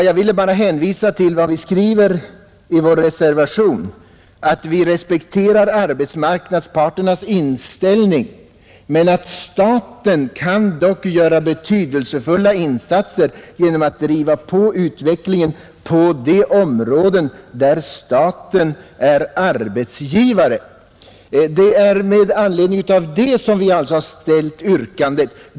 Jag ville bara hänvisa till att vi i vår reservation skriver att vi respekterar arbetsmarknadsparternas inställning, men att staten dock kan ”göra betydelsefulla insatser genom att driva på utvecklingen på de områden där staten är arbetsgivare”. Det är med anledning därav som vi har framställt yrkandet.